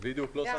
בדיוק.